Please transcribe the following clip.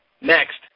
Next